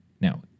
Now